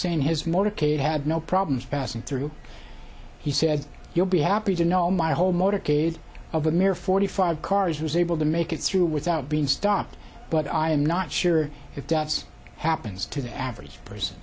saying his motorcade had no problems passing through he said you'll be happy to know my whole motorcade of a mere forty five cars was able to make it through without being stopped but i am not sure if that's happens to the average person